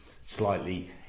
slightly